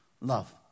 love